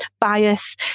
bias